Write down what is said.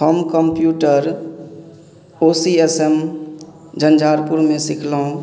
हम कम्प्यूटर ओ C S M झंझारपुरमे सिखलहुॅं